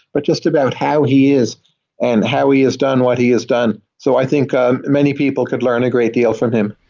but just about how he is and how he has done what he has done. so i think of many people could learn a great deal from him.